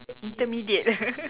intermediate